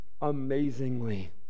Amazingly